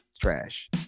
trash